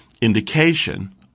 indication